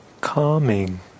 calming